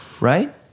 right